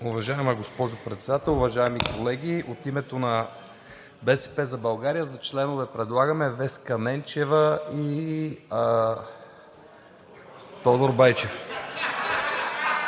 Уважаема госпожо Председател, уважаеми колеги! От името на „БСП за България“ за членове предлагаме Веска Ненчева и Тодор Байчев.